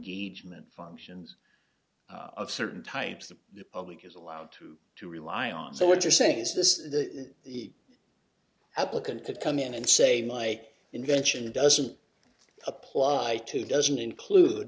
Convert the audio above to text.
gage many functions of certain types of the public is allowed to to rely on so what you're saying is this that the applicant could come in and say like invention it doesn't apply to doesn't include